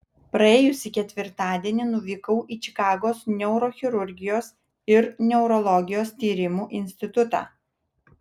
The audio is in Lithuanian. praėjusį ketvirtadienį nuvykau į čikagos neurochirurgijos ir neurologijos tyrimų institutą